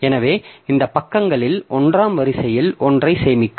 எனவே இந்த பக்கங்களில் ஒன்றாம் வரிசையில் ஒன்றைச் சேமிக்கும்